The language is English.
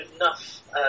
enough